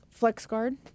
FlexGuard